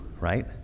right